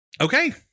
okay